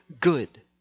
good